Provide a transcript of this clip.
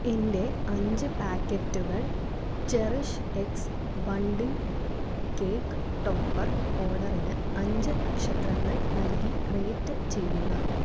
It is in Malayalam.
എന്റെ അഞ്ച് പാക്കറ്റുകൾ ചെറിഷ്എക്സ് ബണ്ടിംഗ് കേക്ക് ടോപ്പർ ഓർഡറിന് അഞ്ച് നക്ഷത്രങ്ങൾ നൽകി റേറ്റ് ചെയ്യുക